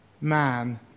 man